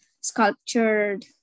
sculptured